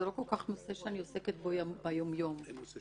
זה לא כל כך נושא שאני עוסקת בו ביום-יום, אבל